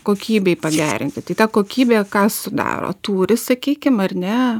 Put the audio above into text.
kokybei pagerinti kokybė ką sudaro tūris sakykim ar ne